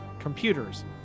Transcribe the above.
computers